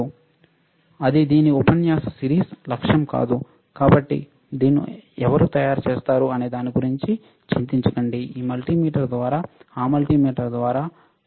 అది దీని ఉపన్యాస సిరీస్ లక్ష్యం కాదు కాబట్టి దీన్ని ఎవరు తయారు చేస్తారు అనే దాని గురించి చింతించకండి ఈ మల్టీమీటర్ ద్వారా ఆ మల్టీమీటర్ ద్వారా అది చెప్పడం మా ఆలోచన కాదు